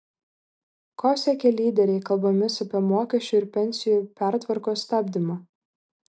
ko siekia lyderiai kalbomis apie mokesčių ir pensijų pertvarkos stabdymą